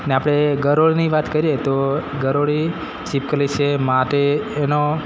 ને આપણે ગરોળીની વાત કરીએ તો ગરોળી છિપકલી છે માટે એનો